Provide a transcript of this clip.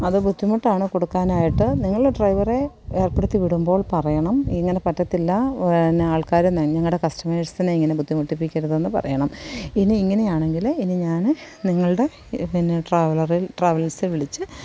അത് ബുദ്ധിമുട്ടാണ് കൊടുക്കാനായിട്ട് നിങ്ങൾ ഡ്രൈവറെ ഏർപ്പെടുത്തി വിടുമ്പോൾ പറയണം ഇങ്ങനെ പറ്റത്തില്ല പിന്നെ ആൾക്കാർ ഞങ്ങടെ കസ്റ്റമേഴ്സിനെ ഇങ്ങനെ ബുദ്ധിമുട്ടിപ്പിക്കരുതെന്ന് പറയണം ഇനി ഇങ്ങനെ ആണെങ്കിൽ ഇനി ഞാൻ നിങ്ങളുടെ പിന്നെ ട്രാവലറിൽ ട്രാവൽസിൽ വിളിച്ച്